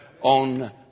on